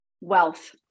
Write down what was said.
wealth